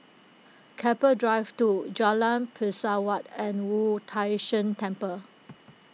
Keppel Drive two Jalan Pesawat and Wu Tai Shan Temple